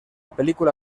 película